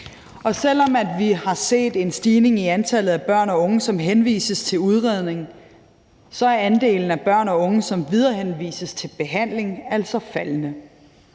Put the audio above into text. Selv om vi har set en stigning i antallet af børn og unge, som henvises til udredning, er andelen af børn og unge, som viderehenvises til behandling, altså faldende.